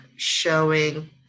showing